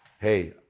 hey